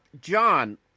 John